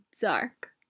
dark